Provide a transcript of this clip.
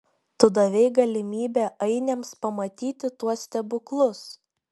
tu davei galimybę ainiams pamatyti tuos stebuklus